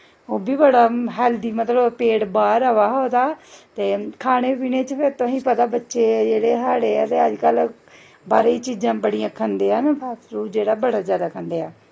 ओह् बी बड़ा हैल्दी मतलब पेट बाह्र अवा'रदा ओह्दा ते खाने पीने च तुसेंगी पता ऐ बच्चे जेह्ड़े साढ़े ऐं ते अजकल्ल बाहरे दि'यां चीजां बड़ियां खंदे न फास्ट फूड़ बड़ा खंदे न